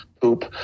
poop